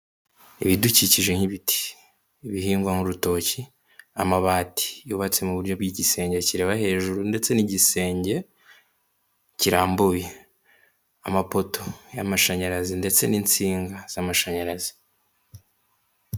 Ibidukikije nk'ibiti bihingwa mu rutoki amabati yubatse mu buryo bwi'igisenge kireba hejuru ndetse n'igisenge kirambuye amapoto y'amashanyarazi ndetse n'insinga z'amashanyarazi.